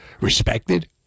respected